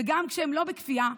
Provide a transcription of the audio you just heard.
וגם כשהם לא בכפייה,